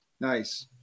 Nice